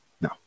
No